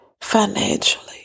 financially